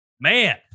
man